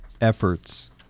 efforts